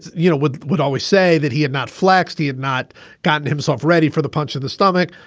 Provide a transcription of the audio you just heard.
you know, would would always say that he had not flexed. he had not gotten himself ready for the punch of the stomach.